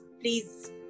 Please